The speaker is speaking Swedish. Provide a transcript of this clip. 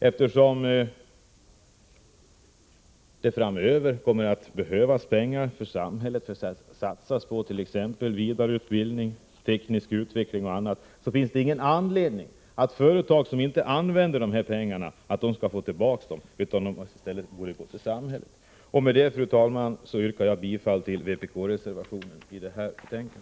Eftersom det framöver kommer att behövas pengar i samhället för satsningar på t.ex. vidareutbildning, teknisk utveckling och annat finns det ingen anledning att företag som inte använder de här pengarna skulle få tillbaka dem, utan de borde i stället gå till samhället. Med detta, fru talman, yrkar jag bifall till vpk-reservationen i betänkandet.